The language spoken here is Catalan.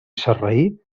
sarraí